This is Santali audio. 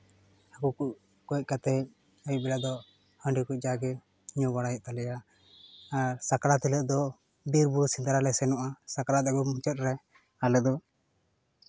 ᱦᱟᱹᱠᱩ ᱠᱚ ᱜᱚᱡ ᱠᱟᱛᱮ ᱟᱹᱭᱩᱵ ᱵᱮᱲᱟ ᱫᱚ ᱦᱟᱺᱰᱤ ᱠᱚ ᱡᱟ ᱜᱮ ᱧᱩ ᱵᱟᱲᱟᱭ ᱛᱟᱞᱮᱭᱟ ᱟᱨ ᱥᱟᱠᱨᱟᱛ ᱦᱤᱞᱳᱜ ᱫᱚ ᱵᱤᱨ ᱵᱩᱨᱩ ᱥᱮᱸᱫᱽᱨᱟ ᱞᱮ ᱥᱮᱱᱚᱜᱼᱟ ᱥᱟᱠᱨᱟᱛ ᱟᱹᱜᱩ ᱢᱩᱪᱟᱹᱫ ᱨᱮ ᱟᱞᱮ ᱫᱚ